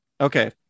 Okay